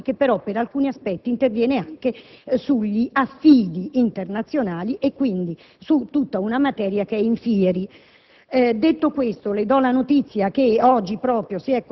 CAI, la Commissione per le adozioni internazionali che però, per alcuni aspetti, interviene anche sugli affidi internazionali, e quindi su una materia *in fieri*.